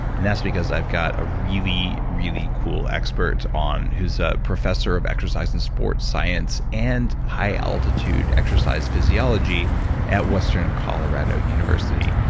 and that's because i've got a really, really cool expert on, who's a professor of exercise and sports science and high altitude exercise physiology at western colorado university.